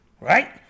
right